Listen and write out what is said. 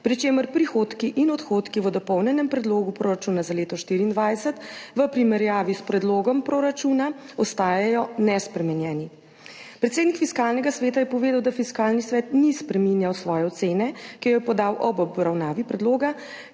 pri čemer prihodki in odhodki v dopolnjenem predlogu proračuna za leto 2024 v primerjavi s predlogom proračuna ostajajo nespremenjeni. Predsednik Fiskalnega sveta je povedal, da Fiskalni svet ni spreminjal svoje ocene, ki jo je podal ob obravnavi predloga,